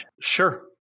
Sure